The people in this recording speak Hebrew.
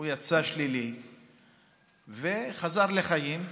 יצא שלילי וחזר לחיים,